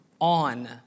on